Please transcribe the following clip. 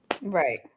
Right